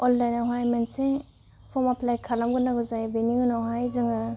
अनलाइनावहाय मोनसे form apply खालामग्रोनांगौ जायो बेनि उनावहाय जोङो